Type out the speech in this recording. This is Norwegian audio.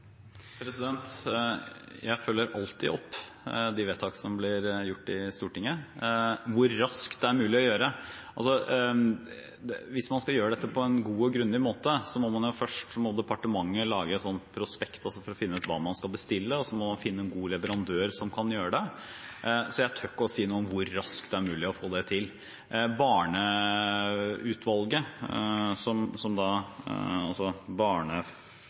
Jeg følger alltid opp de vedtak som blir gjort i Stortinget. Hvor raskt det er mulig å gjøre det? Hvis man skal gjøre dette på en god og grundig måte, må departementet først lage et prospekt for å finne ut hva man skal bestille, og så må man finne en god leverandør som kan gjøre det. Så jeg tør ikke si noe om hvor raskt det er mulig å få det til. Barnefamilieutvalget kommer – så vidt jeg vet – med sin NOU i løpet av neste halvår, så da